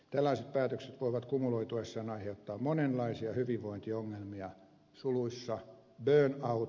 tällaiset päätökset voivat kumuloituessaan aiheuttaa monenlaisia hyvinvointiongelmia suluissa myyty nauru